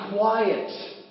quiet